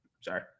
Sorry